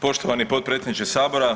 Poštovani potpredsjedniče Sabora.